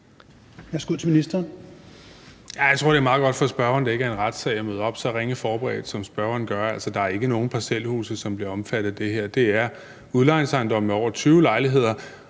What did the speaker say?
Jeg tror, det er meget godt for spørgeren, at det ikke er en retssag, vi møder op i, så ringe forberedt som spørgeren er. Der er ikke nogen parcelhuse, som bliver omfattet af det her, men det er udlejningsejendomme med over 20 lejligheder.